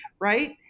right